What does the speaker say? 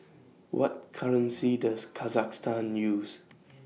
What currency Does Kazakhstan use